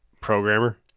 programmer